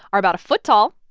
are about a foot tall,